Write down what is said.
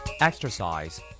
Exercise